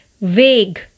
vague